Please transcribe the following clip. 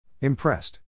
Impressed